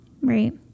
Right